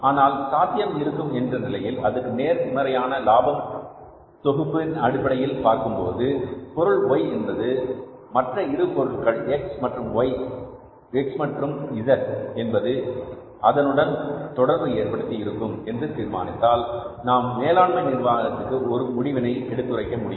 ஆனால் சாத்தியம் இருக்கும் என்கிற நிலையில் அதற்கு நேர்மறையான லாபம் தொகுப்பின் அடிப்படையில் பார்க்கும்போது பொருள் Y என்பதை மற்ற இரு பொருட்கள் X மற்றும் Z என்பது என்னுடன் தொடர்பு ஏற்படுத்தி இருக்கும் என்று தீர்மானித்தால் நாம் மேலாண்மை நிர்வாகத்திற்கு ஒரு முடிவை எடுத்துரைக்க முடியும்